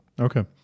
okay